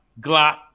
Glock